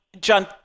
John